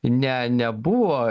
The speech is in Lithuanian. ne nebuvo